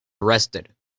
arrested